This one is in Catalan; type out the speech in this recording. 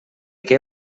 què